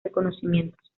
reconocimientos